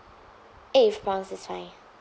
egg with prawns is fine